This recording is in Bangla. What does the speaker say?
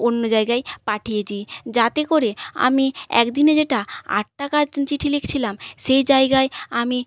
অন্য জায়গায় পাঠিয়ে দিই যাতে করে আমি একদিনে যেটা আট টাকা চিঠি লিখছিলাম সেই জায়গায় আমি